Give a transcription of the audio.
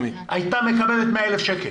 הייתה מקבלת 100,000 שקלים.